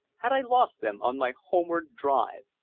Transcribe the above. had i lost them on my homeward drive,